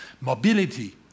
mobility